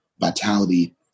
vitality